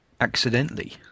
Accidentally